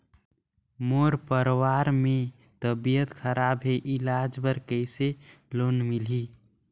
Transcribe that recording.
मोर परवार मे तबियत खराब हे इलाज बर कइसे लोन मिलही?